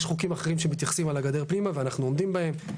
יש חוקים אחרים שמתייחסים מהגדר פנימה ואנחנו עומדים בהם.